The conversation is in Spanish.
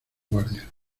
guardia